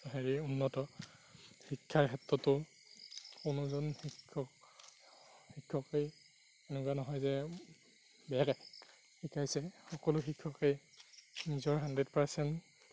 হেৰি উন্নত শিক্ষাৰ ক্ষেত্ৰতো কোনো এজন শিক্ষক শিক্ষকেই এনেকুৱা নহয় যে বেয়াকে শিকাইছে সকলো শিক্ষকেই নিজৰ হাণ্ড্ৰেড পাৰচেণ্ট